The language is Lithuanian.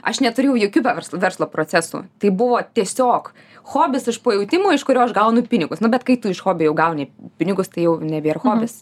aš neturėjau jokių verslo verslo procesų tai buvo tiesiog hobis iš pajautimo iš kurio aš gaunu pinigus nu bet kai tu iš hobi jau gauni pinigus tai jau nebėr hobis